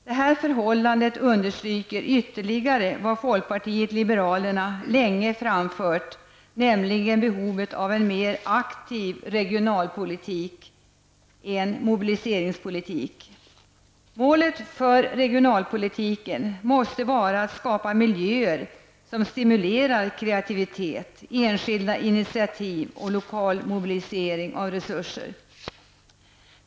Detta förhållande understryker ytterligare vad folkpartiet liberalerna länge har framfört, nämligen behovet av en mer aktiv regionalpolitik, en mobiliseringspolitik. Målet för regionalpolitiken måste vara att man skall skapa miljöer som stimulerar kreativitet, enskilda initiativ och lokal mobilisering av resurser.